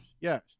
yes